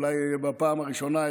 אולי בפעם הראשונה,